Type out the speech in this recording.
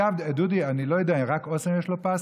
אגב, דודי, אני לא יודע, רק לאסם יש פסטה?